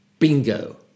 Bingo